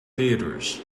theatres